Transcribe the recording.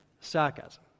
sarcasm